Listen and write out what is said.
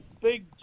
big